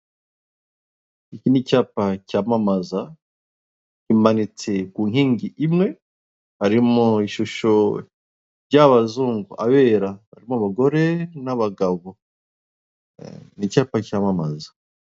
Iki ni icyapa cyamamaza kimanitse kunkingi imwe, harimo ishusho ry'abazungu abera barimo abagore n'abagabo ni icyapa cyamamaza.